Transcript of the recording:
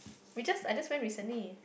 we just I just went recently